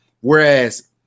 Whereas